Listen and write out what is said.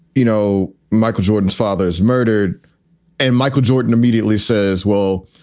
you know, michael jordan's father is murdered and michael jordan immediately says, well,